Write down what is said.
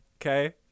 Okay